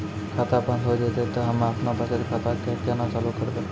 खाता बंद हो जैतै तऽ हम्मे आपनौ बचत खाता कऽ केना चालू करवै?